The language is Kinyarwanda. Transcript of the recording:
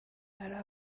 ari